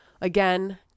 again